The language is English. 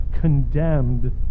condemned